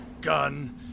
gun